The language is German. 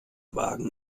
wagen